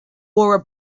wore